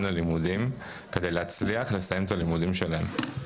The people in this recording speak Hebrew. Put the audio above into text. הלימודים כדי להצליח לסיים את הלימודים שלהם.